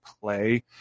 play